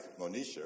Monisha